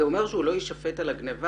זה אומר שהוא לא יישפט על הגניבה?